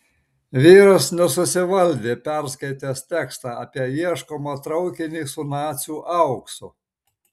vyras nesusivaldė perskaitęs tekstą apie ieškomą traukinį su nacių auksu